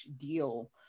deal